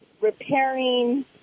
repairing